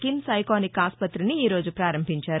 KIMS iconic ఆస్పతిని ఈ రోజు పారంభించారు